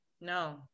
No